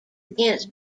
against